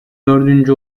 dördüncü